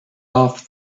off